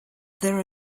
there